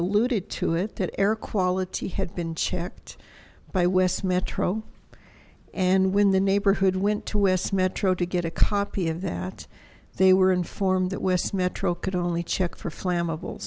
alluded to it that air quality had been checked by wes metro and when the neighborhood went to west metro to get a copy of that they were informed that west metro could only check for flammable